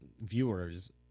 viewers